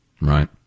Right